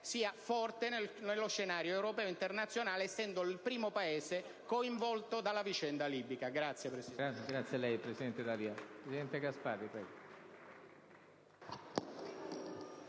sia forte nello scenario europeo ed internazionale, essendo il primo Paese coinvolto dalla vicenda libica.